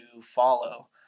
follow